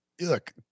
Look